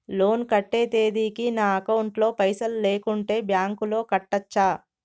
Loan కట్టే తేదీకి నా అకౌంట్ లో పైసలు లేకుంటే బ్యాంకులో కట్టచ్చా?